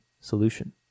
solution